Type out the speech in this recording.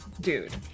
dude